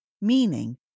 meaning